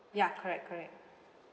ya correct correct